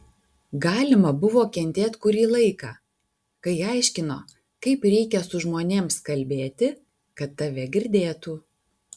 galima buvo kentėt kurį laiką kai aiškino kaip reikia su žmonėms kalbėti kad tave girdėtų